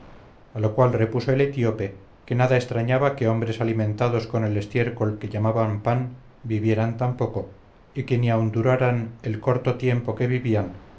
a lo cual repuso el etíope que nada extrañaba que hombres alimentados con el estiércol que llamaban pan vivieran tan poco y que ni aun duraran el corto tiempo que vivían